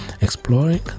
exploring